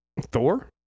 Thor